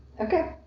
Okay